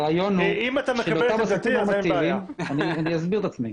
אני אסביר את עצמי.